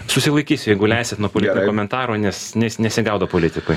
susilaikysiu jeigu leisit nuo politinio komentaro nes nes nesigaudau politikoj